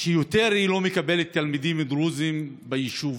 שיותר היא לא מקבלת תלמידים דרוזים בעיר חיפה,